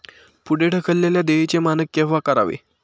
पुढे ढकललेल्या देयचे मानक केव्हा करावे?